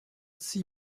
six